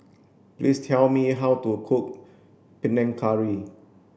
please tell me how to cook Panang Curry